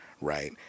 right